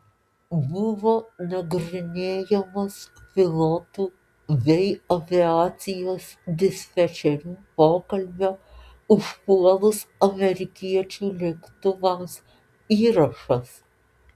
buvo nagrinėjamas pilotų bei aviacijos dispečerių pokalbio užpuolus amerikiečių lėktuvams įrašas